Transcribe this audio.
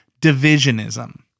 divisionism